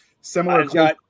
similar-